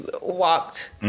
walked